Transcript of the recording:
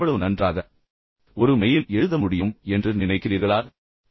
நீங்கள் எவ்வளவு நன்றாக ஒரு மெயில் எழுத முடியும் என்று நினைக்கிறீர்களா